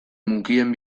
mukien